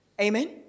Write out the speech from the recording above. Amen